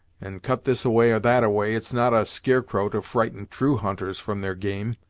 and cut this-a-way or that-a-way, it's not a skear-crow to frighten true hunters from their game.